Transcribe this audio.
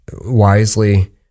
wisely